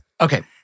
Okay